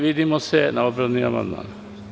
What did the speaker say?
Vidimo se na odbrani amandmana.